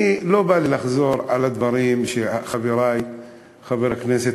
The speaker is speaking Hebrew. לא בא לי לחזור על הדברים שחברי חבר הכנסת